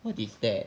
what is that